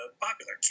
popular